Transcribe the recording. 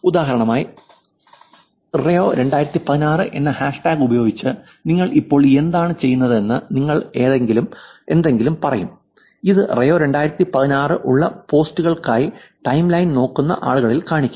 ഉദാഹരണമായി റിയോ 2016 എന്ന ഹാഷ്ടാഗ് ഉപയോഗിച്ച് നിങ്ങൾ ഇപ്പോൾ എന്താണ് ചെയ്യുന്നതെന്ന് നിങ്ങൾ എന്തെങ്കിലും പറയും ഇത് റിയോ 2016 ഉള്ള പോസ്റ്റുകൾക്കായി ടൈംലൈൻ നോക്കുന്ന ആളുകളിൽ കാണിക്കും